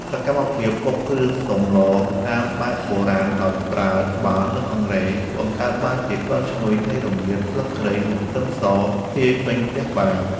សកម្មភាពបុកគ្រឿងសម្លតាមបែបបុរាណដោយប្រើត្បាល់ និងអង្រែ បង្កើតបានជាក្លិនឈ្ងុយនៃរមៀត ស្លឹកគ្រៃ និងខ្ទឹមស ភាយពេញផ្ទះបាយ។